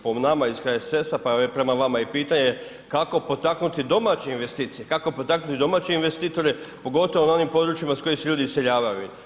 Po nama iz HSS-a, pa prema vama i pitanje, kako potaknuti domaće investicije, kako potaknuti domaće investitore, pogotovo na onim područjima s kojih se ljudi iseljavaju?